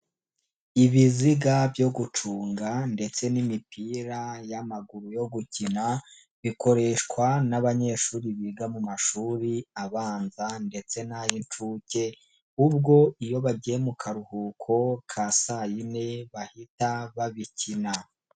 Ibiziga byo gucunga ndetse n'imipira y'amaguru yo gukina bikoreshwa n'abanyeshuri biga mu mashuri abanza ndetse n'ay'inshuke, ubwo iyo bagiye mu karuhuko ka saa yine bahita babikina.